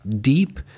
deep